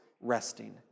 resting